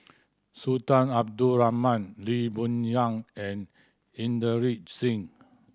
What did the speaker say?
Sultan Abdul Rahman Lee Boon Yang and Inderjit Singh